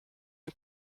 und